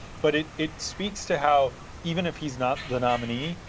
but it it speaks to how even if he's not the nominee,